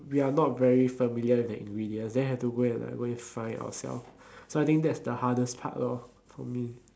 we are not very familiar with the ingredients then have to go and like go and find ourselves so I think like that's the hardest part lor for me